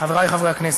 חברי חברי הכנסת,